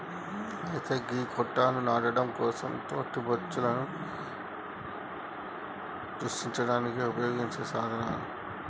అయితే గీ గొట్టాలు నాటడం కోసం తోటలో బొచ్చులను సృష్టించడానికి ఉపయోగించే సాధనాలు